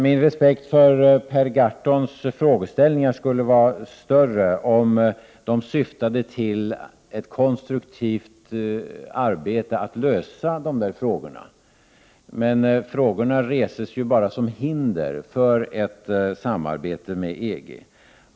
Min respekt för Per Gahrtons frågeställningar skulle vara större om de syftade till ett konstruktivt arbete med att lösa frågorna. Men frågorna reses bara som hinder för ett samarbete med EG.